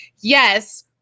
Yes